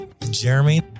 jeremy